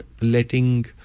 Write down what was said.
letting